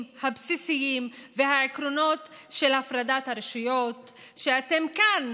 הבסיסיים ולעקרונות של הפרדת הרשויות שאתם כאן,